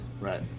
Right